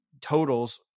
totals